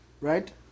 right